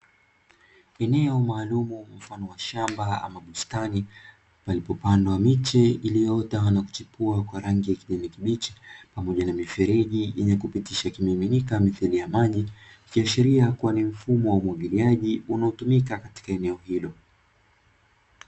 Eneo maalumu mfano wa shamba ama bustani, palipopandwa miche iliyoota na kuchipua kwa rangi ya kijani kibichi iliyoota, pamoja na mifereji yenye kupitisha kimiminika mithili ya maji, ikiashiria ni mfumo wa umwagiliaji unayotumika katika eneo hilo.